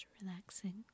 relaxing